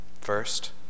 First